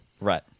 Right